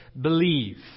believe